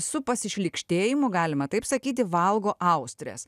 su pasišlykštėjimu galima taip sakyti valgo austres